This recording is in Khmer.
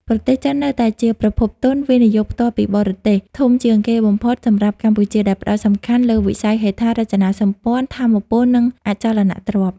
ប្រទេសចិននៅតែជាប្រភពទុន វិនិយោគផ្ទាល់ពីបរទេស ធំជាងគេបំផុតសម្រាប់កម្ពុជា ដែលផ្ដោតសំខាន់លើវិស័យហេដ្ឋារចនាសម្ព័ន្ធ ថាមពល និងអចលនទ្រព្យ។